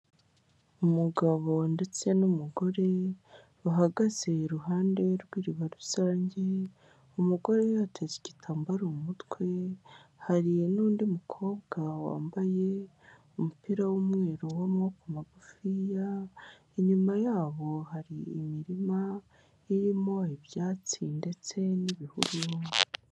Umugabo ndetse n'umugore, bahagaze iruhande rw'iriba rusange, umugore yateza igitambaro mu mutwe, hari n'undi mukobwa wambaye umupira w'umweru w'amaboko magufiya, inyuma yabo hari imirima irimo ibyatsi ndetse n'ibihuru.